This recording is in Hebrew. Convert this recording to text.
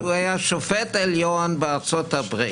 שהוא היה שופט עליון בארצות הברית,